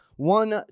One